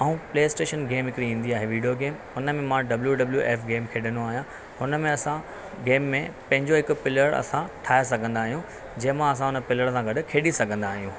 ऐं PlayStation game हिकिड़ी ईंदी आहे विडियो गेम उन में मां डब्लू डब्लू एफ गेम खेॾंदो आहियां हुन में असां गेम में पंहिंजो हिकु प्लेयर असां ठाहे सघंदा आहियूं जंहिंमां असां हुन प्लेयर सां गॾु खेॾी सघंदा आहियूं